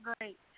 great